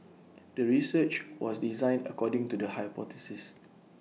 the research was designed according to the hypothesis